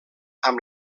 amb